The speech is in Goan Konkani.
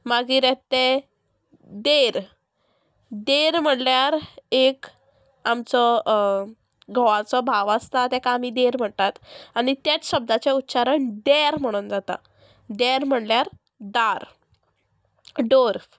मागीर ते देर देर म्हणल्यार एक आमचो घोवाचो भाव आसता ताका आमी देर म्हणटात आनी तेच शब्दाचें उच्चारण देर म्हणून जाता देर म्हणल्यार दार डोर